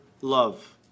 love